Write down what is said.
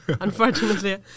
Unfortunately